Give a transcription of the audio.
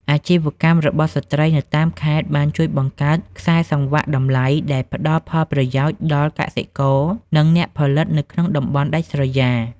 អាជីវកម្មរបស់ស្ត្រីនៅតាមខេត្តបានជួយបង្កើតខ្សែសង្វាក់តម្លៃដែលផ្ដល់ផលប្រយោជន៍ដល់កសិករ និងអ្នកផលិតនៅក្នុងតំបន់ដាច់ស្រយាល។